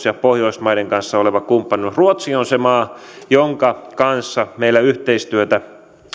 ja pohjoismaiden kanssa olevasta kumppanuudesta ruotsi on se maa jonka kanssa meillä yhteistyötä